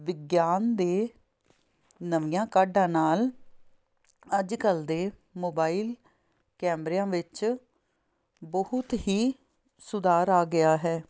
ਵਿਗਿਆਨ ਦੇ ਨਵੀਆਂ ਕਾਢਾਂ ਨਾਲ ਅੱਜ ਕੱਲ੍ਹ ਦੇ ਮੋਬਾਈਲ ਕੈਮਰਿਆਂ ਵਿੱਚ ਬਹੁਤ ਹੀ ਸੁਧਾਰ ਆ ਗਿਆ ਹੈ